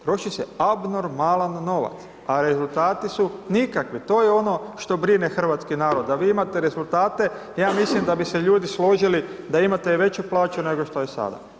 Troši se abnormalan novac, a rezultati su nikakvi, to je ono što brine hrvatski narod, da vi imate rezultate, ja mislim da bi se ljudi složili da imate i veću plaću nego što je sada.